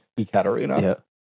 Ekaterina